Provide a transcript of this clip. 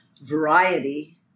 Variety